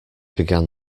began